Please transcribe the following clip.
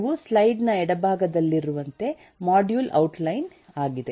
ನಿಮ್ಮ ಸ್ಲೈಡ್ ನ ಎಡಭಾಗದಲ್ಲಿರುವಂತೆ ಮಾಡ್ಯೂಲ್ ಔಟ್ಲೈನ್ ಆಗಿದೆ